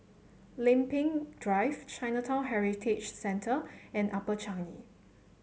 Lempeng Drive Chinatown Heritage Centre and Upper Changi